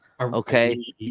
Okay